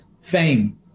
fame